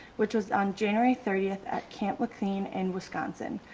which was on january thirty at camp mclean in wisconsin.